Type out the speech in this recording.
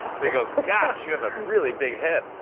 they go, gosh, you have a really big head.